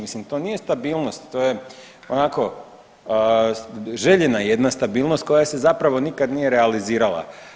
Mislim to nije stabilnost, to je onako željena jedna stabilnost koja se zapravo nikad nije realizirala.